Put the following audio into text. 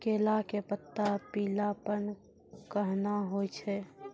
केला के पत्ता पीलापन कहना हो छै?